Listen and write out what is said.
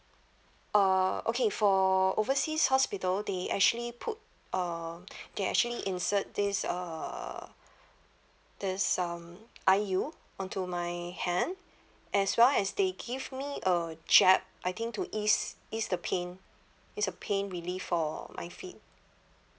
uh okay for overseas hospital they actually put uh they actually insert this uh this um I_U on to my hand as well as they give me a jab I think to ease ease the pain ease the pain relief for my feet